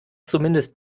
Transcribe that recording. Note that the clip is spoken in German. zumindest